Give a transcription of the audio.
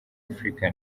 afurika